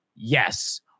Yes